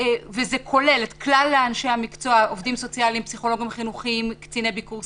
לא רק שירותי רווחה אלא טיפולים נפשיים בהיבט